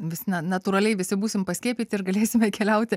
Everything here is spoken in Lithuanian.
vis na natūraliai visi būsim paskiepyti ir galėsime keliauti